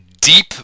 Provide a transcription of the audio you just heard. deep